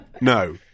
no